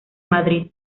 madrid